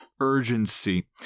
Urgency